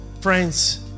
friends